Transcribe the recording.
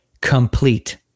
complete